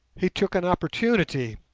he took an opportunity.